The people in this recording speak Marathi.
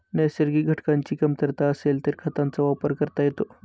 नैसर्गिक घटकांची कमतरता असेल तर खतांचा वापर करता येतो